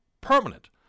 permanent